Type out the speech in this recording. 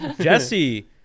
Jesse